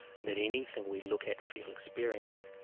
and that anything we look at, feel, experience,